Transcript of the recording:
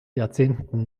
jahrzehnten